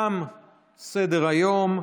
תם סדר-היום.